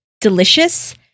delicious